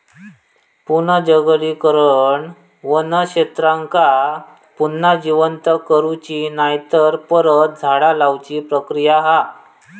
पुनर्जंगलीकरण वन क्षेत्रांका पुन्हा जिवंत करुची नायतर परत झाडा लाऊची प्रक्रिया हा